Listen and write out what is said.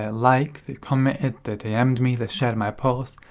ah like they commented, they dm'd me, they shared my posts,